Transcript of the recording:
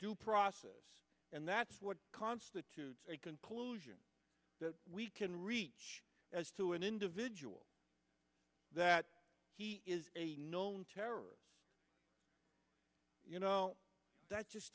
due process and that's what constitutes a conclusion that we can reach as to an individual that is a known terrorist you know that just